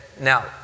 now